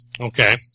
Okay